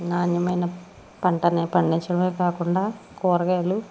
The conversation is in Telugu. నాణ్యమైన పంటని పండించడమే కాకుండా కూరగాయలు